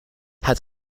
had